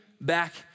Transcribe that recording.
back